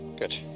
Good